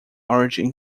origin